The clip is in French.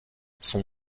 son